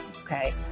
okay